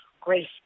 Grace